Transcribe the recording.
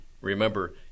Remember